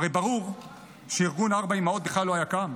הרי ברור שארגון ארבע אימהות בכלל לא היה קם.